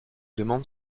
demande